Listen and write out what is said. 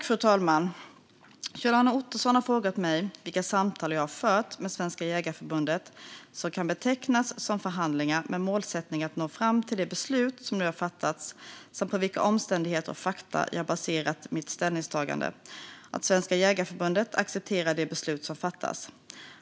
Fru talman! Kjell-Arne Ottosson har frågat mig vilka samtal jag har fört med Svenska Jägareförbundet som kan betecknas som förhandlingar med målsättning att nå fram till det beslut som nu har fattats samt på vilka omständigheter och fakta jag har baserat mitt ställningstagande att Svenska Jägareförbundet accepterat de beslut som fattats.